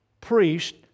priest